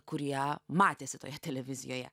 kurie matėsi toje televizijoje